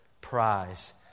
prize